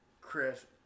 Chris